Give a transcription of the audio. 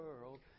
world